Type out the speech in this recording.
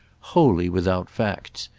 wholly without facts.